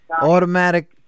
automatic